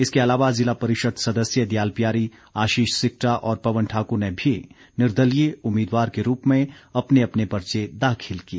इसके अलावा जिला परिषद सदस्य दयाल प्यारी आशीष सिक्टा और पवन ठाकुर ने भी निर्दलीय उम्मीदवार के रूप में अपने अपने पर्चे दाखिल किए